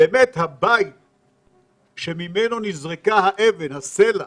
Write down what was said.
הבית שממנו נזרק הסלע